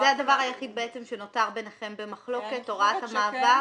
הדבר היחיד שנותר ביניכם במחלוקת, הוראת המעבר?